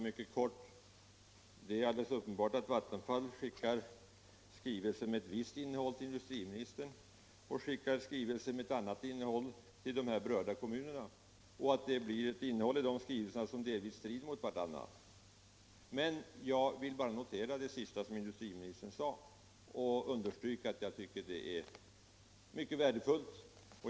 Herr talman! Det är alldeles uppenbart att Vattenfall skickat en skrivelse med ett visst innehåll till industriministern och en skrivelse med ett annat innehåll till de berörda kommunerna och att innehållen i dessa båda skrivelser delvis strider mot varandra. Jag vill nu bara notera det sista industriministern sade och understryka att jag tycker att det är mycket värdefullt.